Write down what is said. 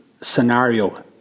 scenario